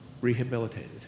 rehabilitated